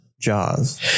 Jaws